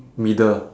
middle